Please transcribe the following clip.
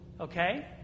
Okay